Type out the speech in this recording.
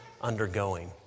undergoing